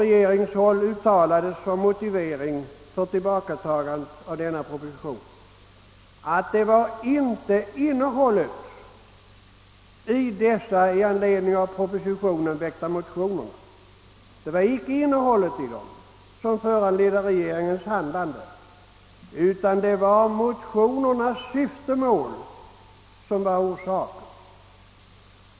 Regeringens motivering för att dra tillbaka den propositionen sades inte vara innehållet i de motioner som väckts i anledning av propositionen, utan motiveringen var motionernas syfte.